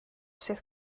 sydd